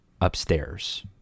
upstairs